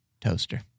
Toaster